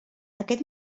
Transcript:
aquest